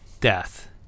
death